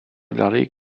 dali